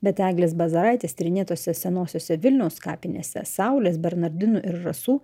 bet eglės bazaraitės tyrinėtose senosiose vilniaus kapinėse saulės bernardinų ir rasų